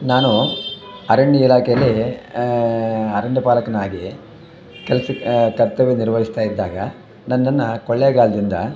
ನಾನು ಅರಣ್ಯ ಇಲಾಖೆಯಲ್ಲಿ ಅರಣ್ಯ ಪಾಲಕನಾಗಿ ಕೆಲ್ಸಕ್ಕೆ ಕರ್ತವ್ಯ ನಿರ್ವಹಿಸ್ತಾಯಿದ್ದಾಗ ನನ್ನನ್ನು ಕೊಳ್ಳೇಗಾಲದಿಂದ